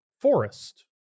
forest